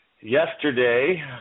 yesterday –